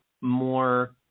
more